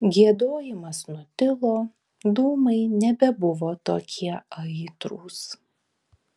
giedojimas nutilo dūmai nebebuvo tokie aitrūs